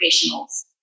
professionals